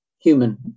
human